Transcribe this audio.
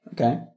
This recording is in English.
Okay